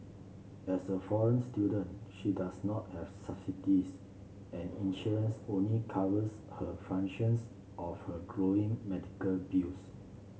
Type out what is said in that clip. as a foreign student she does not have subsidies and insurance only covers a fractions of her growing medical bills